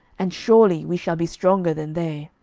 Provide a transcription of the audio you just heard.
and surely we shall be stronger than they.